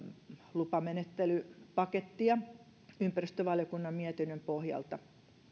lupamenettelypakettia ympäristövaliokunnan mietinnön pohjalta